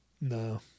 No